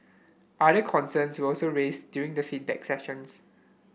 other concerns were also raised during the feedback sessions